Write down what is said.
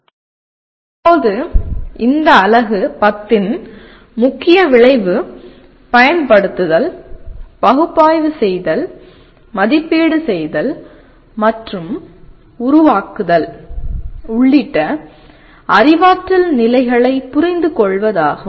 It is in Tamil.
இப்போது இந்த அலகு 10 ன் முக்கிய விளைவு பயன்படுத்துதல் பகுப்பாய்வு செய்தல் மதிப்பீடு செய்தல் மற்றும் உருவாக்குதல் உள்ளிட்ட அறிவாற்றல் நிலைகளைப் புரிந்துகொள்வதாகும்